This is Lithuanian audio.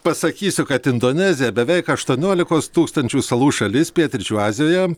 pasakysiu kad indonezija beveik aštuoniolikos tūkstančių salų šalis pietryčių azijoje